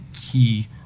key